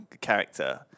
character